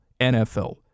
NFL